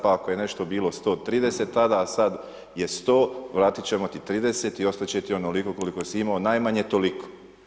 Pa ako je nešto bilo 130 tada, a sad je 100 vratit ćemo ti 30 i ostat će ti onoliko koliko si imao, najmanje toliko.